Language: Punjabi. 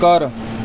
ਘਰ